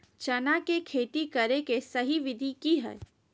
चना के खेती करे के सही विधि की हय?